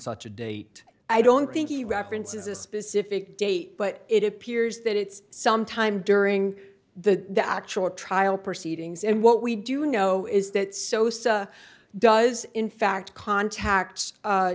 such a date i don't think he references a specific date but it appears that it's some time during the actual trial proceedings and what we do know is that sosa does in fact contacts